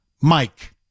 Mike